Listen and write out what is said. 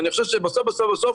ואני חושב שבסוף בסוף בסוף